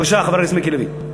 בבקשה, חבר הכנסת מיקי לוי.